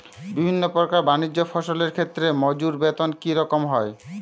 বিভিন্ন প্রকার বানিজ্য ফসলের ক্ষেত্রে মজুর বেতন কী রকম হয়?